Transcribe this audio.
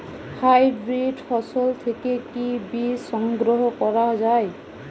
Hybrid ফসল থেকে কি বীজ সংগ্রহ করা য়ায়?